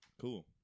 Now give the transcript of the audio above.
Cool